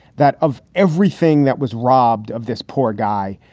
that of everything that was robbed of this poor guy.